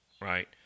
right